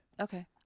Okay